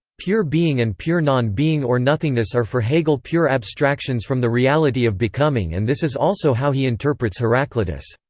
pure being and pure non-being or nothingness are for hegel pure abstractions from the reality of becoming and this is also how he interprets heraclitus.